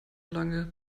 lange